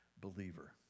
believer